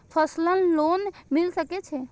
Personal loan मिल सके छे?